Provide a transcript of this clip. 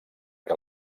que